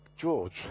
George